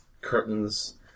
curtains